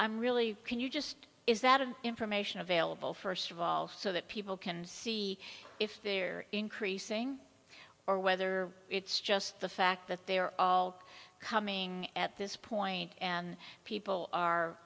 i'm really can you just is that an information available first of all so that people can see if they're increasing or whether it's just the fact that they are all coming at this point and people are